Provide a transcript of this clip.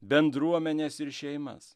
bendruomenes ir šeimas